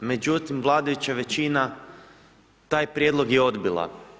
Međutim, vladajuća većina taj prijedlog je odbila.